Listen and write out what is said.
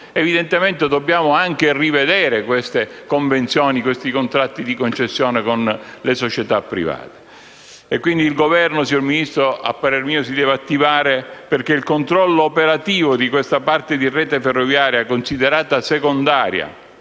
Evidentemente dobbiamo anche rivedere le convenzioni ed i contratti di concessione con le società private. Il Governo, a parer mio, si deve quindi attivare perché il controllo operativo di questa parte di rete ferroviaria, considerata secondaria